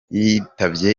yitabye